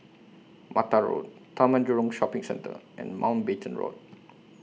Mata Road Taman Jurong Shopping Centre and Mountbatten Road